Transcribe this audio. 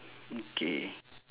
okay